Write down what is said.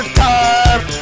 time